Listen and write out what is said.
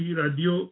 radio